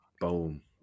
boom